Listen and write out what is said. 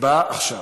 הצבעה עכשיו.